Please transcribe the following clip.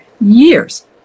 years